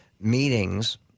meetings